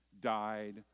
died